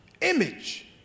Image